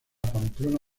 pamplona